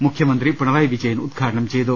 മുഖ്യമന്ത്രി പിണറായി വിജയൻ ഉദ്ഘാടനം ചെയ്തു